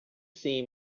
see